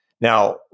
Now